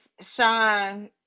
Sean